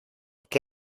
que